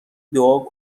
دعا